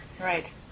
Right